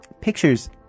pictures